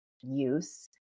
use